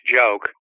joke